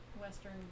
western